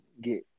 get